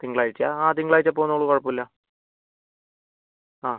തിങ്കളാഴ്ചയാണോ ആ തിങ്കളാഴ്ച പോന്നോളൂ കുഴപ്പം ഇല്ല ആ